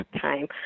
time